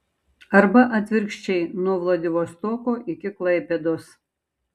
arba atvirkščiai nuo vladivostoko iki klaipėdos